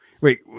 Wait